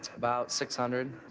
about six hundred.